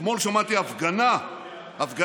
כן, אתמול שמעתי הפגנה תומכת